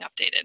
updated